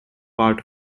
part